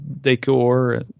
decor